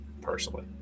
personally